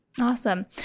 Awesome